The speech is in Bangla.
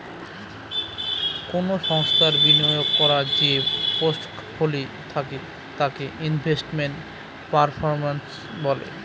কোনো সংস্থার বিনিয়োগ করার যে পোর্টফোলি থাকে তাকে ইনভেস্টমেন্ট পারফরম্যান্স বলে